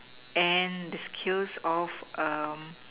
and the skills or